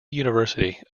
university